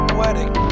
wedding